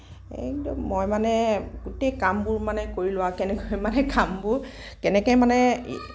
একদম মই মানে গোটেই কামবোৰ মানে কৰি লওঁ কেনেকে মানে কামবোৰ কেনেকে মানে